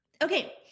Okay